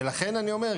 ולכן אני אומר,